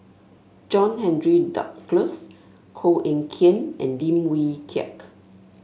John Henry Duclos Koh Eng Kian and Lim Wee Kiak